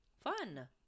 Fun